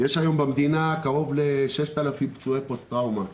יש היום במדינה קרוב ל-6,000 פצועי פוסט טראומה,